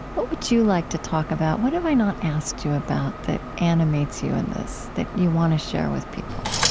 what would you like to talk about? what have i not asked you about that animates you in this that you want to share with people?